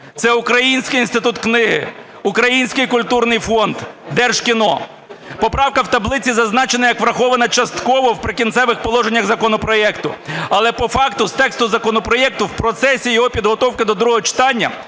це Український інститут книги, Український культурний фонд, Держкіно. Поправка в таблиці зазначена як врахована частково в "Прикінцевих положеннях" законопроекту, але по факту з тексту законопроекту в процесі його підготовки до другого читання